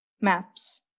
maps